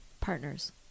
Partners